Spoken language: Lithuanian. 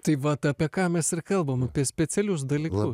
tai vat apie ką mes ir kalbam apie specialius dalyku